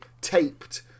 taped